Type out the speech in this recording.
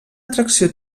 atracció